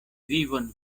vivon